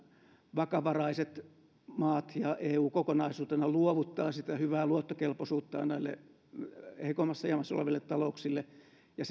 vakavaraiset maat ja eu kokonaisuutena luovuttavat sitä hyvää luottokelpoisuuttaan näille heikoimmassa jamassa oleville talouksille ja